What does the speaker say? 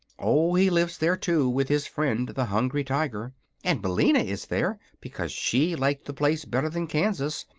oh, he lives there too, with his friend the hungry tiger and billina is there, because she liked the place better than kansas,